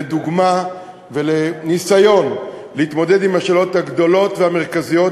לדוגמה ולניסיון להתמודד עם השאלות הגדולות והמרכזיות,